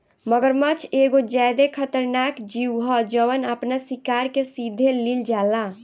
मगरमच्छ एगो ज्यादे खतरनाक जिऊ ह जवन आपना शिकार के सीधे लिल जाला